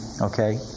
Okay